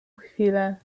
chwilę